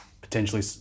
potentially